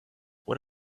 what